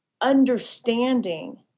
understanding